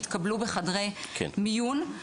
שהתקבלו בחדרי מיון,